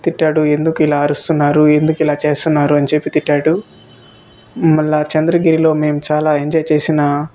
తిట్టాడు ఎందుకు ఇలా అరుస్తున్నారు ఎందుకు ఇలా చేస్తున్నారు అని చెప్పి తిట్టాడు మళ్ళా చంద్రగిరిలో మేము చాలా ఎంజాయ్ చేసిన